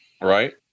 Right